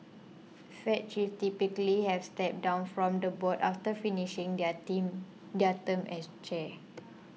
fed chiefs typically have stepped down from the board after finishing their ting their term as chair